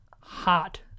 hot